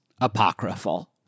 apocryphal